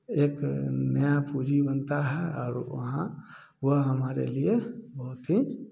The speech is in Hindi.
एक नया पूँजी बनता है और वहाँ वह हमारे लिए बहुत ही